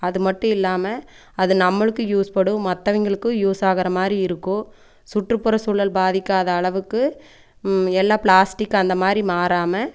அது மட்டும் இல்லாமல் அது நம்மளுக்கு யூஸ் படும் மற்றவங்களுக்கு யூஸ் ஆகுற மாதிரி இருக்கும் சுற்றுப்புறச் சூழல் பாதிக்காத அளவுக்கு எல்லா பிளாஸ்டிக் அந்தமாதிரி மாறாமல்